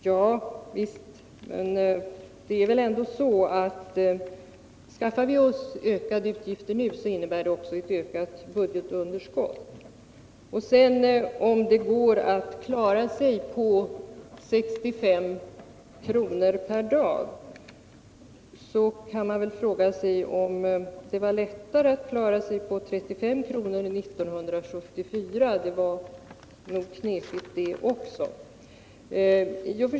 Javisst, men skaffar vi oss ökade utgifter nu så innebär det också ett ökat budgetunderskott. Och beträffande frågan om det går att klara sig på 65 kr. per dag så kan man fråga sig om det var lättare att klara sig på 35 kronor år 1974 — det var nog knepigt det också.